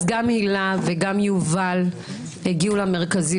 גם הילה וגם יובל הגיעו למרכזים.